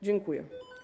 Dziękuję.